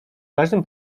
każdym